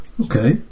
okay